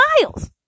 Miles